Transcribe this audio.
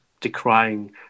decrying